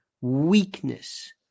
weakness